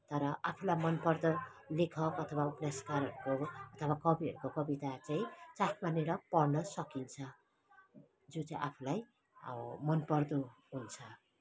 तर आफूलाई मन पर्दो लेखक अथवा उपन्यासकारहरूको अथवा कविहरूको कविता चाहिँ चाख मानेर पढ्न सकिन्छ जो चाहिँ आफूलाई अब मन पर्दो हुन्छ